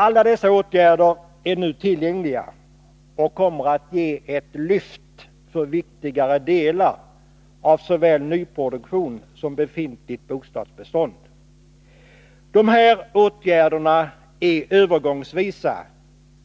Alla dessa åtgärder är nu tillgängliga och kommer att ge ett lyft för viktiga delar av såväl nyproduktion som befintligt bostadsbestånd. Dessa åtgärder är övergångsvisa